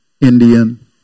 Indian